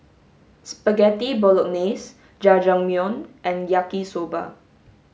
spaghetti bolognese Jajangmyeon and yaki soba